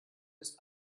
ist